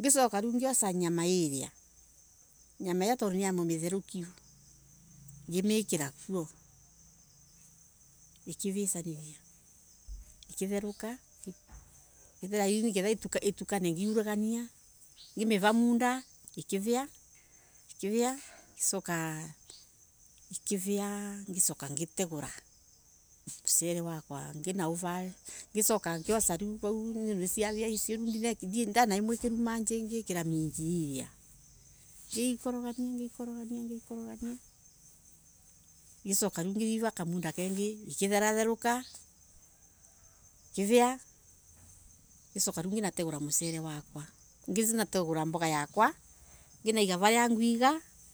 ngicoka riu ngioca nyama iria. Nyama iyo tandu niremutherukiu. ngimikira kuu ikivicaniria. Ikitheruka. nigetha itukane ngiurugania Ngimiva muda ikivia ikivia. Ngicoka ikivia ngicoka. ngitegura. Mucere wakwa ngicoka ngiRiu vau niciavia icio. ndanaimwikiru manji ngikira mimji iria. Ngikorogania ngikorogania. ngicoka nu ngiiva kamuda kengi ikithereruka ikivia. Ngicoka riu nginategura mucere wakwa. Nginategua mboga yakwa. nginaiga varia nguiga.